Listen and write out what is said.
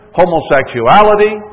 homosexuality